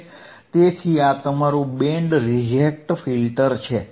તેથી આ તમારું બેન્ડ રિજેક્ટ ફિલ્ટર છે